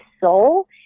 soul